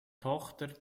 tochter